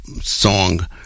song